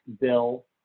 bill